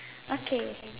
okay